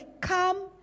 come